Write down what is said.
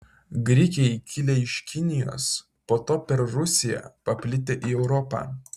grikiai kilę iš kinijos po to per rusiją paplitę į europą